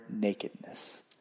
nakedness